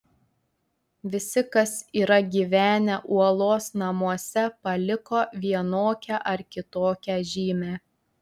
visi kas yra gyvenę uolos namuose paliko vienokią ar kitokią žymę